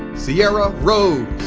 sierra rose,